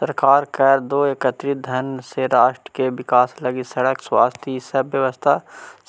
सरकार कर दो एकत्रित धन से राष्ट्र के विकास लगी सड़क स्वास्थ्य इ सब व्यवस्था